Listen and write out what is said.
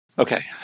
Okay